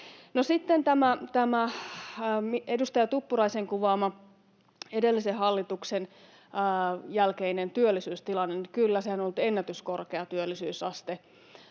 sitten tämä edustaja Tuppuraisen kuvaama edellisen hallituksen jälkeinen työllisyystilanne — kyllä, on ollut ennätyskorkea työllisyysaste,